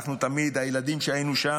אנחנו תמיד, הילדים שהיו שם,